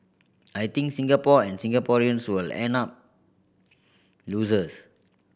I think Singapore and Singaporeans will end up losers